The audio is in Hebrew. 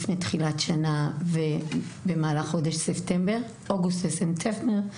לפני תחילת השנה ובמהלך החודשים אוגוסט וספטמבר,